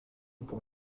pour